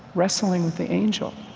wrestling with the angel.